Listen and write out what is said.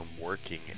working